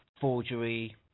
forgery